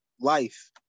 life